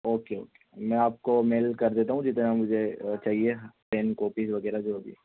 okay okay میں آپ کو میل کر دیتا ہوں جتنا مجھے چاہیے پین کاپی وغیرہ جو بھی ہو